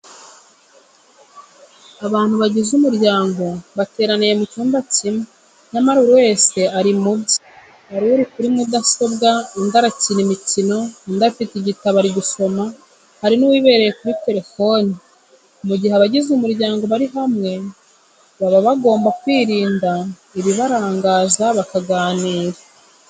Abantu bagize umuryango bateraniye mu cyumba kimwe nyamara buri wese ari mu bye, hari uri kuri mudasobwa, undi arakina imikino, undi afite igitabo ari gusoma, hari n'uwibereye kuri telefoni. Mu gihe abagize umuryango bari hamwe baba bagomba kwirinda ibibarangaza bakaganira.